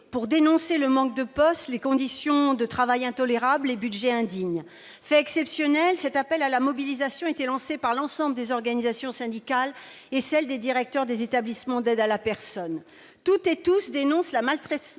pour dénoncer le manque de postes, les conditions de travail intolérables, les budgets indignes. Fait exceptionnel, cet appel à la mobilisation était lancé par l'ensemble des organisations, les syndicats comme les structures représentatives des directeurs des établissements d'aide à la personne. Toutes et tous dénoncent la maltraitance